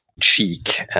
cheek